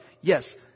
yes